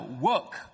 work